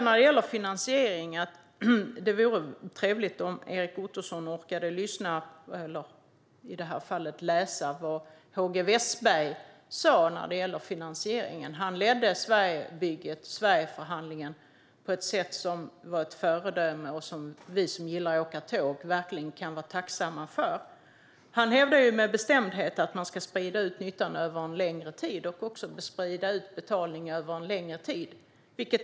När det gäller finansieringen vore det trevligt om Erik Ottoson orkade lyssna eller rättare sagt läsa vad HG Wessberg sa om detta. Han ledde Sverigeförhandlingen på ett föredömligt sätt, vilket vi som gillar att åka tåg verkligen kan vara tacksamma för. Han hävdade med bestämdhet att man ska sprida ut nyttan över en längre tid och också sprida ut betalningen över en längre tid.